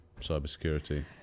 cybersecurity